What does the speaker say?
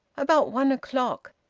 about one o'clock.